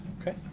Okay